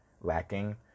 lacking